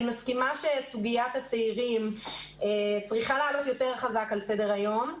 אני מסכימה שסוגיית הצעירים צריכה לעלות חזק יותר על סדר היום.